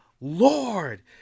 lord